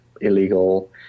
illegal